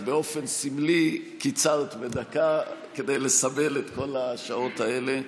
אז באופן סמלי קיצרת בדקה כדי לסמל את כל השעות האלה,